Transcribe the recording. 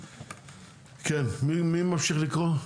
כן, מי ממשיך לקרוא?